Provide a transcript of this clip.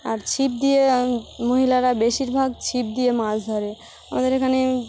আর ছিপ দিয়ে মহিলারা বেশিরভাগ ছিপ দিয়ে মাছ ধরে আমাদের এখানে